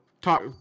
talk